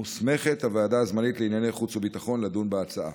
מוסמכת הוועדה הזמנית לענייני חוץ וביטחון לדון בהצעה.